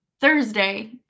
Thursday